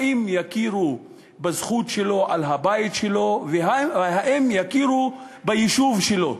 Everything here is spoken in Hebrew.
האם יכירו בזכות שלו על הבית שלו והאם יכירו ביישוב שלו.